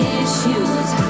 issues